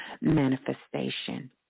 manifestation